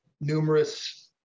numerous